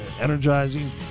energizing